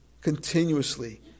continuously